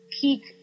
peak